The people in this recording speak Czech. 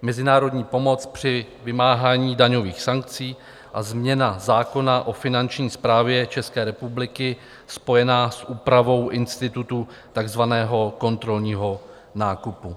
Mezinárodní pomoc při vymáhání daňových sankcí a změna zákona o finanční správě České republiky spojená s úpravou institutu takzvaného kontrolního nákupu.